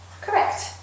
Correct